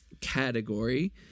category